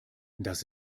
das